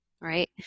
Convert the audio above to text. right